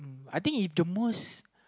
I think most